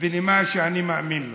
ובנימה שאני מאמין לו.